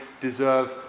deserve